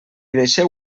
deixeu